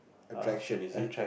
attraction is it